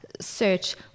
search